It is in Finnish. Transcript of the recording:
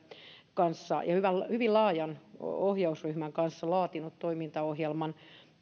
ja hyvin laajan ohjausryhmän kanssa laatinut toimintaohjelman